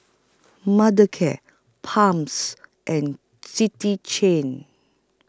Mothercare Palm's and City Chain